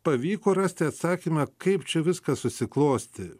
pavyko rasti atsakymą kaip čia viskas susiklostė